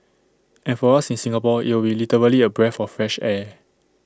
and for us in Singapore IT would be literally A breath of fresh air